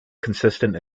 consistent